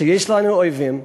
שיש לנו אויבים,